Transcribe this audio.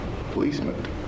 policeman